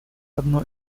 одно